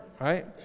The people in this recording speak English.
right